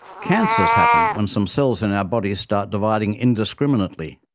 cancers happen when some cells in our bodies start dividing indiscriminately.